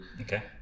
Okay